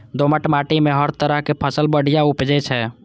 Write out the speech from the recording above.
दोमट माटि मे हर तरहक फसल बढ़िया उपजै छै